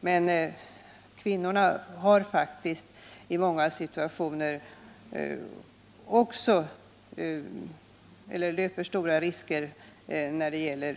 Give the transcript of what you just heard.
Men också kvinnorna löper faktiskt i många situationer stora risker för